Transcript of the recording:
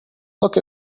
look